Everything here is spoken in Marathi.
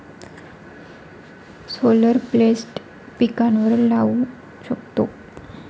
सोलर प्लेट्स पिकांवर लाऊ शकतो